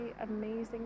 amazing